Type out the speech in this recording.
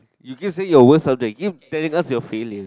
you keep saying your worst subject keep telling us you're failure